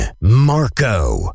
Marco